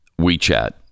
WeChat